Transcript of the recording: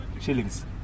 shillings